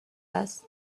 است